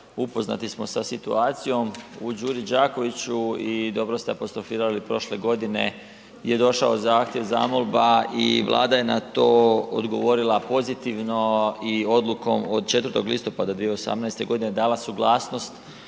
upoznati smo sa situacijom u Đuri Đakoviću i dobro ste apostrofirali prošle godine je došao zahtjev, zamolba i Vlada je na to odgovorila pozitivno i odlukom od 4. listopada 2018.g dala suglasnost